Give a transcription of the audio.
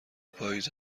پاییز